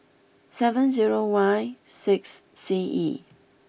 seven zero Y six C E